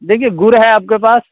देखिए गुड़ है आपके पास